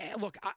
Look